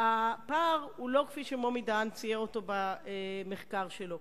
הפער הוא לא כפי שמומי דהן צייר אותו במחקר שלו.